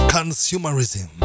Consumerism